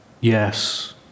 Yes